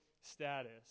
status